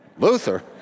Luther